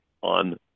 on